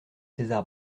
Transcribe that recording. césar